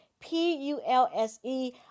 p-u-l-s-e